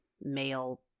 male